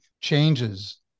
changes